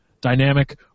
dynamic